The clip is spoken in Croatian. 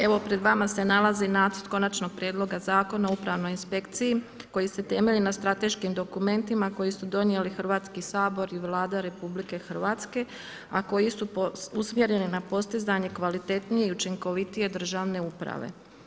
Evo pred vama se nalazi nacrt Konačnog prijedloga Zakona o Upravnoj inspekciji koji se temelji na strateškim dokumentima koji su donijeli Hrvatski sabor i Vlada RH, a koji su usmjereni na postizanje kvalitetnije i učinkovitije državne uprave.